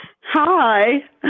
Hi